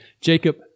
Jacob